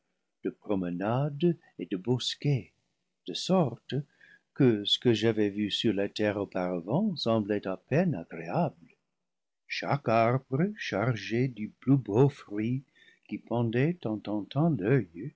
de promenades et de bosquets de sorte que ce que j'avais vu sur la terre auparavant semblait à peine agréable chaque arbre chargé du plus beau fruit qui pendait en